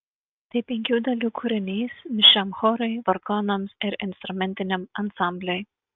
tai penkių dalių kūrinys mišriam chorui vargonams ir instrumentiniam ansambliui